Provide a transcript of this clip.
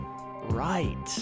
right